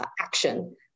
action